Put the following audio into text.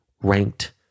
ranked